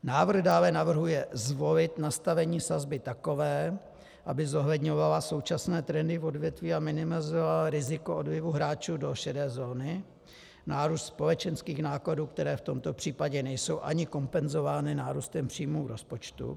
Návrh dále navrhuje zvolit nastavení sazby takové, aby zohledňovala současné trendy v odvětví a minimalizovala riziko odlivu hráčů do šedé zóny, nárůst společenských nákladů, které v tomto případě nejsou ani kompenzovány nárůstem příjmů v rozpočtu.